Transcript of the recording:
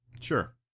Sure